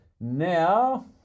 now